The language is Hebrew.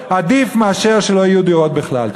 עדיף מאשר שלא יהיו דירות בכלל.